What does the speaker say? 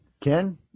Ken